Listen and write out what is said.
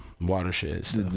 watersheds